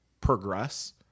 progress